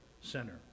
center